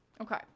okay